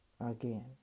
again